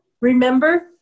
remember